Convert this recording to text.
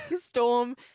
Storm